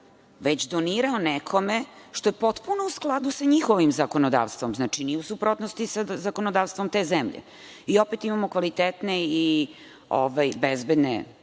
već donirao nekome, što je potpuno u skladu sa njihovim zakonodavstvom, znači, nije u suprotnosti sa zakonodavstvom te zemlje. Opet imamo kvalitetne i bezbedne